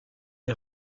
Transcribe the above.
est